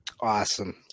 Awesome